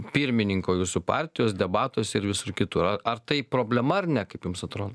pirmininko jūsų partijos debatuose ir visur kitur ar ar tai problema ar ne kaip jums atrod